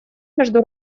между